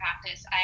practice